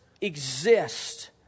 exist